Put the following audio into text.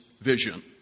vision